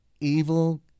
Evil